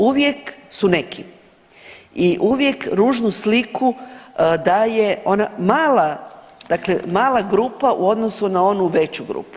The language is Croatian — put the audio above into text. Uvijek su neki i uvijek ružnu sliku daje ona mala, dakle mala grupa u odnosu na onu veću grupu.